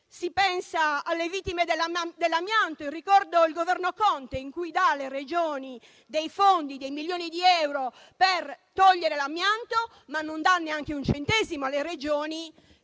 Si pensa alle vittime dell'amianto. Ricordo che il Governo Conte aveva dato alle Regioni dei milioni di euro per togliere l'amianto, ma non dava neanche un centesimo alle Regioni